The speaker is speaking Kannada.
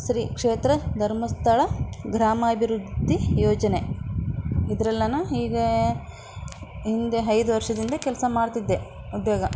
ಶ್ರೀ ಕ್ಷೇತ್ರ ಧರ್ಮಸ್ಥಳ ಗ್ರಾಮಾಭಿವೃದ್ಧಿ ಯೋಜನೆ ಇದ್ರಲ್ಲಿ ನಾನು ಈಗ ಹಿಂದೆ ಐದು ವರ್ಷದಿಂದ ಕೆಲಸ ಮಾಡ್ತಿದ್ದೆ ಉದ್ಯೋಗ